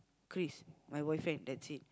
Chris my boyfriend that's it